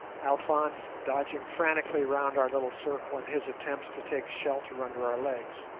alphonse dodging frantically round our little circle in his attempts to take shelter under our legs.